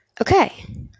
Okay